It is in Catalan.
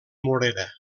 morera